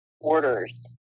orders